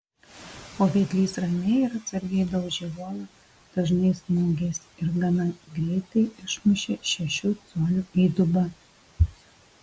o vedlys ramiai ir atsargiai daužė uolą dažnais smūgiais ir gana greitai išmušė šešių colių įdubą